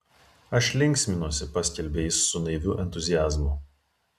aš linksminuosi paskelbė jis su naiviu entuziazmu